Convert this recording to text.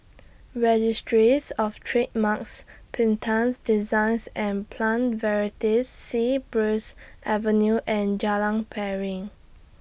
Registries of Trademarks Patents Designs and Plant Varieties Sea Breeze Avenue and Jalan Piring